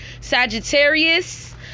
Sagittarius